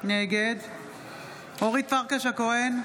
נגד אורית פרקש הכהן,